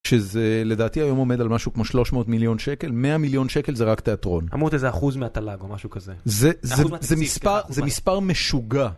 שזה לדעתי היום עומד על משהו כמו 300 מיליון שקל, 100 מיליון שקל זה רק תיאטרון. אמור להיות איזה אחוז מהטלאג או משהו כזה. זה מספר משוגע.